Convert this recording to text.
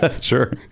Sure